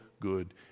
good